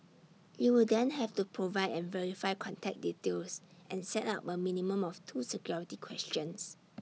you will then have to provide and verify contact details and set up A minimum of two security questions